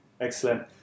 Excellent